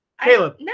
Caleb